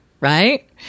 right